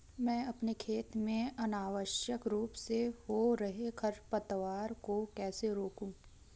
मैं अपने खेत में अनावश्यक रूप से हो रहे खरपतवार को कैसे रोकूं?